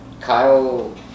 Kyle